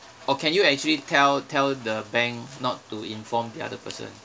or can you actually tell tell the bank not to inform the other person